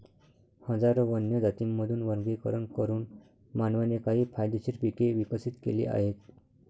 हजारो वन्य जातींमधून वर्गीकरण करून मानवाने काही फायदेशीर पिके विकसित केली आहेत